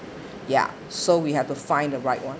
ya so we have to find the right [one]